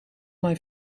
mijn